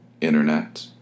Internet